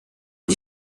die